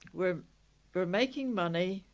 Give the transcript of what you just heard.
were were making money.